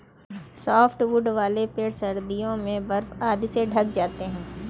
softwood वाले पेड़ सर्दियों में बर्फ आदि से ढँक जाते हैं